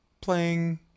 playing